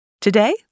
Today